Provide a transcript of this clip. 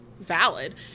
valid